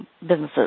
businesses